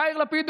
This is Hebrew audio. יאיר לפיד,